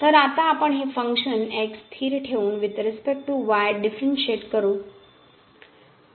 तर आता आपण हे फनंक्शन स्थिर ठेवून with respect to y differentiate करू